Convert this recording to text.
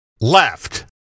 left